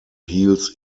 heals